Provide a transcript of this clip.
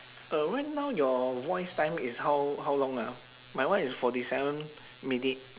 uh right now your voice time is how how long ah my one is forty seven minute